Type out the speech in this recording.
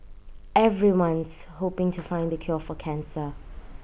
everyone's hoping to find the cure for cancer